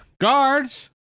guards